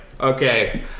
okay